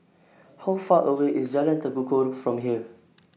How Far away IS Jalan Tekukor from here